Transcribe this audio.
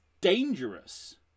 dangerous